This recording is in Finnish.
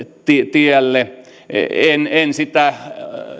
tielle en en sitä